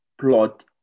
plot